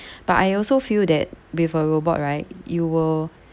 but I also feel that with a robot right you will